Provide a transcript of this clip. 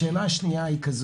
שאלה שנייה,